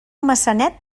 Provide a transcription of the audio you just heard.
maçanet